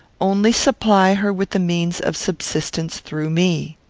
only supply her with the means of subsistence through me.